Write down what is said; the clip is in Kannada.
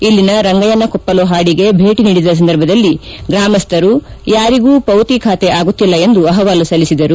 ಇಲ್ಲಿನ ರಂಗಯ್ಯಸಕೊಪ್ಪಲು ಹಾಡಿಗೆ ಭೇಟಿ ನೀಡಿದ ಸಂದರ್ಭದಲ್ಲಿ ಗ್ರಾಮಸ್ಥರು ಯಾರಿಗೂ ಪೌತಿ ಖಾತೆ ಆಗುತ್ತಿಲ್ಲ ಎಂದು ಅಹವಾಲು ಸಲ್ಲಿಸಿದರು